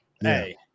Hey